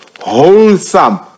wholesome